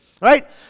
right